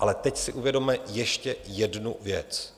Ale teď si uvědomme ještě jednu věc: